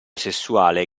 sessuale